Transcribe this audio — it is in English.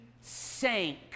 SANK